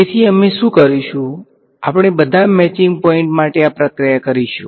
તેથી અમે શું કરીશ આપણે બધા મેચિંગ પોઇન્ટ માટે આ પ્રક્રિયા કરીશુ